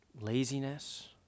laziness